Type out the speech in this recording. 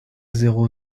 zéro